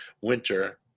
winter